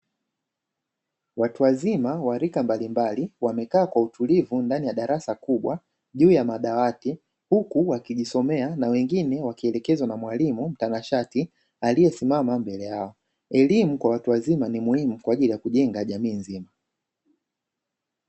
Watu wazima wa rika mbalimbali wamekaa kwa utulivu ndani ya darasa kubwa juu ya madawati, huku wakijisomea na wengine wakielekezwa na mwalimu mtanashati aliye simama mbele yao. Elimu kwa watu wazima ni muhimu kwa ajili ya kujenge jamii nzima.